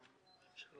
מי נמנע?